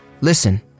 Listen